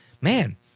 man